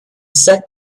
set